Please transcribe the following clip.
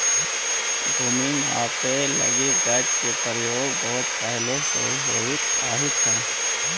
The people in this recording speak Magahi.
भूमि मापे लगी गज के प्रयोग बहुत पहिले से होवित आवित हइ